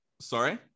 Sorry